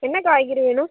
என்ன காய்கறி வேணும்